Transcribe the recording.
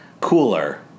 cooler